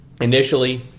Initially